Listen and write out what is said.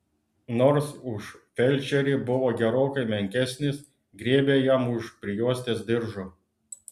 nors už felčerį buvo gerokai menkesnis griebė jam už prijuostės diržo